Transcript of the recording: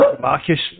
Marcus